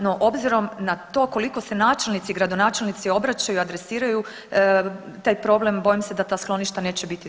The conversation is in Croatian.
No, obzirom na to koliko se načelnici, gradonačelnici obraćaju, adresiraju taj problem bojim se da ta skloništa neće biti dostatna.